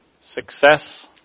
success